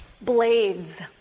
blades